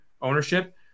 ownership